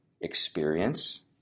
experience